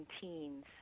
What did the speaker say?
teens